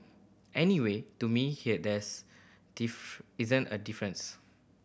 anyway to me there isn't a difference